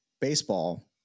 baseball